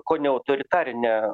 kone autoritarinė